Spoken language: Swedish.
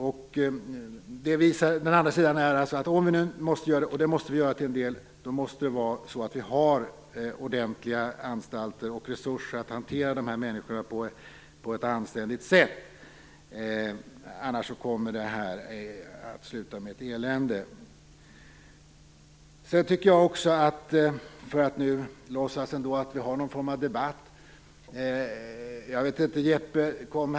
Om vi å andra sidan måste ha det här - vilket till en del är nödvändigt - måste vi också ha ordentliga anstalter och resurser så att de här människorna kan hanteras på ett anständigt sätt, för annars slutar detta med ett elände. Vidare vill jag, för att låtsas att vi ändå har en form av debatt, göra följande kommentarer.